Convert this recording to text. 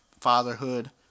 fatherhood